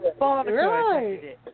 Right